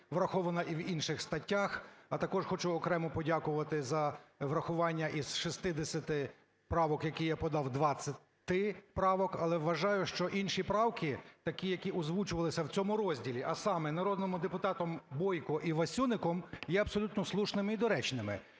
врахована, і в інших статтях. А також хочу окремо подякувати за врахування із 60 правок, які я подав, 20 правок, але вважаю, що інші правки такі, які озвучувалися в цьому розділі, а саме народними депутатами Бойко і Васюником, є абсолютно слушними і доречними,